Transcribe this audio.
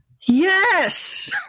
Yes